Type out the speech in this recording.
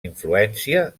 influència